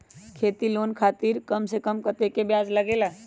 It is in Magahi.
खेती लोन खातीर कम से कम कतेक ब्याज लगेला?